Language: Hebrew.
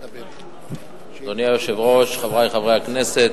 אדוני היושב-ראש, חברי חברי הכנסת,